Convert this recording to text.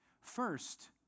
First